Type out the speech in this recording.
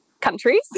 countries